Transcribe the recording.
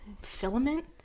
filament